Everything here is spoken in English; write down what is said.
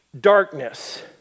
darkness